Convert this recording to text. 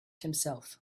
himself